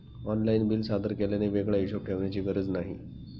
online bill सादर केल्याने वेगळा हिशोब ठेवण्याची गरज नाही